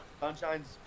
Sunshine's